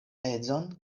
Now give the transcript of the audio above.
edzon